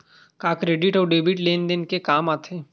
का क्रेडिट अउ डेबिट लेन देन के काम आथे?